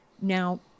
now